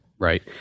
Right